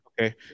Okay